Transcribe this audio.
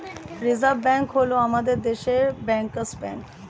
reserve bank হল আমাদের দেশের ব্যাঙ্কার্স ব্যাঙ্ক